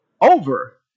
Over